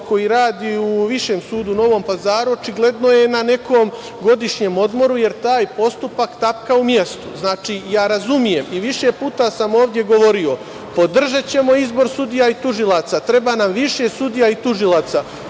koji radi u Višem sudu u Novom Pazaru, očigledno je na nekom godišnjem odmoru, jer taj postupak tapka u mestu. Razumem i više puta sam ovde govorio - podržaćemo izbor sudija i tužilaca, treba nam više sudija i tužilaca